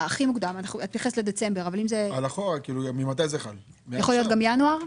יכול להיות גם ינואר?